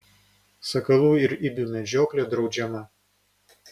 sakalų ir ibių medžioklė draudžiama